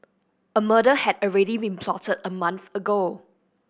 a murder had already been plotted a month ago